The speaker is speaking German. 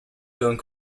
gehören